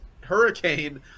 hurricane